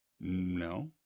No